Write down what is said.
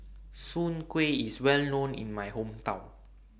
Soon Kueh IS Well known in My Hometown